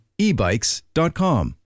ebikes.com